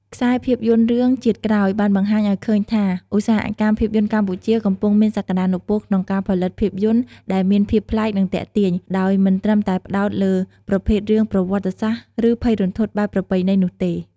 ខ្សែភាពយន្តរឿង «ជាតិក្រោយ» បានបង្ហាញឲ្យឃើញថា ឧស្សាហកម្មភាពយន្តកម្ពុជាកំពុងមានសក្ដានុពលក្នុងការផលិតភាពយន្តដែលមានភាពប្លែក និងទាក់ទាញ ដោយមិនត្រឹមតែផ្ដោតលើប្រភេទរឿងប្រវត្តិសាស្ត្រ ឬភ័យរន្ធត់បែបប្រពៃណីនោះទេ។